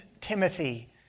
Timothy